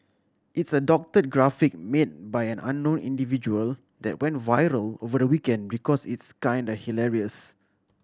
it's a doctored graphic made by an unknown individual that went viral over the weekend because it's kinda hilarious